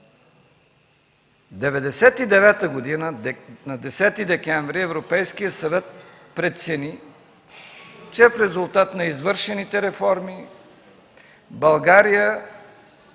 1999 г. Европейският съвет прецени, че в резултат на извършените реформи България